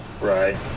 Right